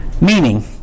meaning